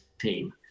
team